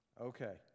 Okay